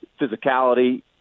physicality